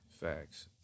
Facts